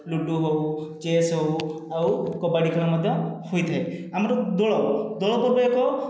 ludo ହେଉ chess ହେଉ ଆଉ କବାଡ଼ି ଖେଳ ମଧ୍ୟ ହୋଇଥାଏ ଆମର ଦୋଳ ଦୋଳପର୍ବ ଏକ